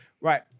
Right